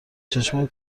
چشمای